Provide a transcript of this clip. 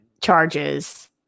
charges